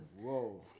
Whoa